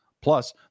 Plus